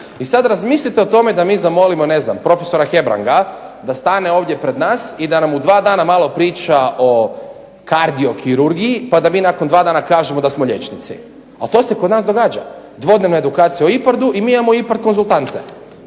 I sad razmislite o tome da mi zamolimo ne znam profesora Hebranga da stane ovdje pred nas i da nam u dva dana malo priča o kardiokirurgiji pa da mi nakon dva dana kažemo da smo liječnici. Al to se kod nas događa. Dvodnevna edukacija o IPARD-u i mi imamo IPARD konzultante.